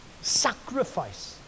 sacrifice